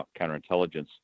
counterintelligence